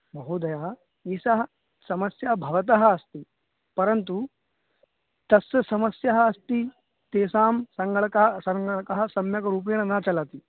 महोदय एषा समस्या भवतः अस्ति परन्तु तस्य समस्या अस्ति तेषां सङ्गणकः सङ्गणकः सम्यग्रूपेण न चलति